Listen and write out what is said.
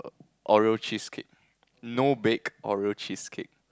Oreo cheesecake no Bake Oreo cheesecake